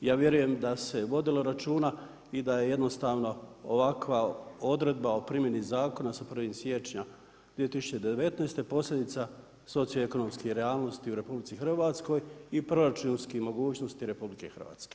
Ja vjerujem da se vodilo računa i da je jednostavno ovakva odredba o primjeni zakona sa 1. siječnja 2019. posljedica socioekonomske realnosti u RH i proračunskih mogućnosti RH.